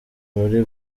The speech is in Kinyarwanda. muri